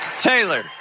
Taylor